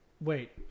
Wait